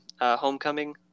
Homecoming